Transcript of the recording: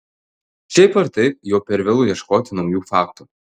šiaip ar taip jau per vėlu ieškoti naujų faktų